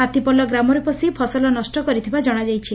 ହାତୀପଲ ଗ୍ରାମରେ ପଶି ଫସଲ ନଷ କରିଥିବା ଜଣାଯାଇଛି